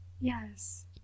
Yes